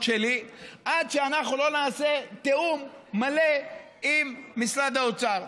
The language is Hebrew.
שלי עד שאנחנו נעשה תיאום מלא עם משרד האוצר.